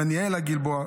דניאלה גלבוע,